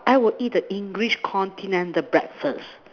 I would eat the English continental the breakfast